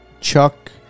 Chuck